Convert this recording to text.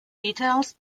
details